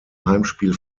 heimspiel